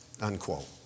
unquote